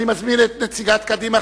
אני מזמין את נציגת קדימה,